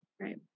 Right